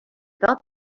felt